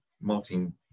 Martin